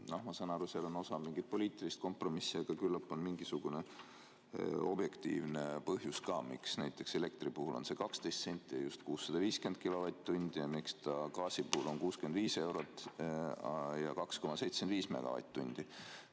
Ma saan aru, et seal on mingi osa poliitilist kompromissi, aga küllap on mingisugune objektiivne põhjus ka, miks näiteks elektri puhul on see 12 senti ja just 650 kilovatt-tundi ning miks see gaasi puhul on 65 eurot ja 2,75 megavatt-tundi.